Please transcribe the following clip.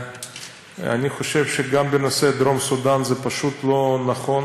ואני חושב שגם בנושא דרום סודאן זה פשוט לא נכון,